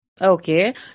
Okay